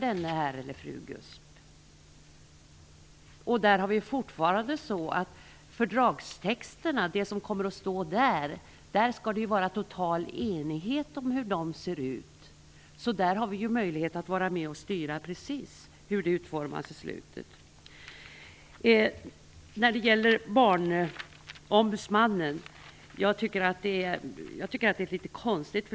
Det är fortfarande så att det när det gäller fördragstexterna skall vara total enighet om hur reglerna ser ut. Där har vi möjlighet att vara med och styra utformningen. Förslaget om en barnombudsman är litet konstigt.